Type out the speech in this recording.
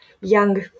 young